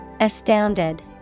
Astounded